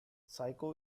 psycho